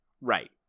Right